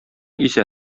исә